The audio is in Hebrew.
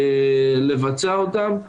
לבצע אותן.